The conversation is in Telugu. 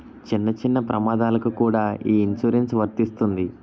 చిన్న చిన్న ప్రమాదాలకు కూడా ఈ ఇన్సురెన్సు వర్తిస్తుంది